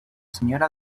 señora